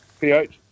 pH